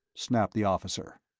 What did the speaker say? snapped the officer,